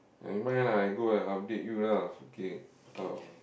nevermind lah I go and update you lah foot K out